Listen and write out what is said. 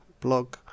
blog